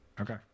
Okay